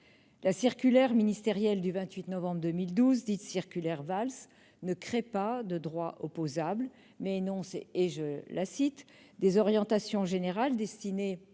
La circulaire ministérielle du 28 novembre 2012, dite circulaire Valls, ne crée pas de droits opposables, mais énonce « des orientations générales destinées